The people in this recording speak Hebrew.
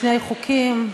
שני חוקים.